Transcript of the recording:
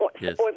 yes